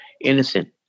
innocent